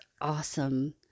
awesome